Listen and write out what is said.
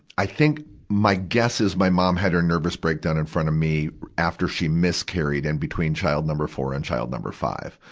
i think, my guess is my mom had her nervous breakdown in front of me after she miscarried and between child number four and child number five.